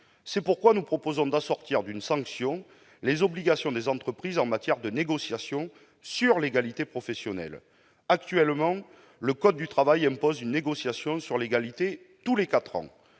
C'est pourquoi nous proposons d'assortir d'une sanction les obligations des entreprises en matière de négociation sur l'égalité professionnelle. Actuellement, le code du travail impose une négociation sur l'égalité tous les quatre